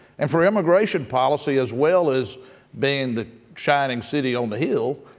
and for immigration policy as well as being the shining city on the hill,